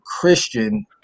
Christian